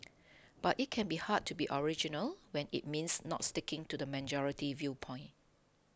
but it can be hard to be original when it means not sticking to the majority viewpoint